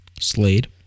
Slade